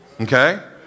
Okay